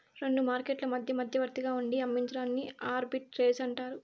రెండు మార్కెట్లు మధ్య మధ్యవర్తిగా ఉండి అమ్మించడాన్ని ఆర్బిట్రేజ్ అంటారు